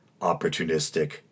opportunistic